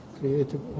Creative